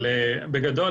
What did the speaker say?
אבל בגדול,